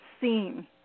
seen